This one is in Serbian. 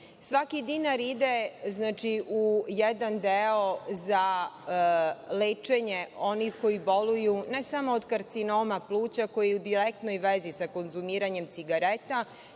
Svaki dinar ide u jedan deo za lečenje onih koji boluju ne samo od karcinoma pluća koji je u direktnoj vezi sa konzumiranjem cigareta,